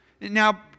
Now